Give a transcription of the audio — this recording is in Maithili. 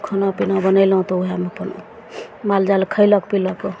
खानापीना बनेलहुॅं तऽ उहएमे अपन मालजाल खैलक पीलक